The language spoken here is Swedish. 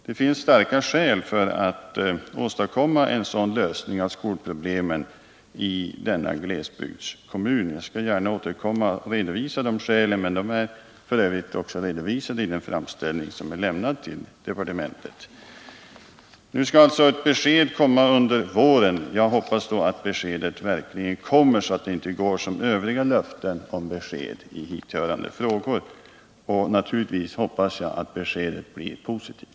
Det finns starka skäl för att åstadkomma en sådan lösning av skolproblemen i denna glesbygdskommurn:. Jag skall gärna återkomma och redovisa de skälen. De är f. ö. redovisade i den framställning som är lämnad till departementet. Nu skall alltså besked komma under våren. Jag hoppas då att det beskedet verkligen kommer, så att det inte går som för övriga löften om besked i hithörande frågor. Och naturligtvis hoppas jag att beskedet blir positivt.